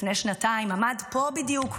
לפני שנתיים עמד פה בדיוק,